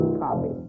copy